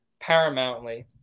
paramountly